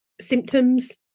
symptoms